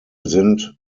sind